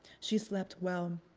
she slept well,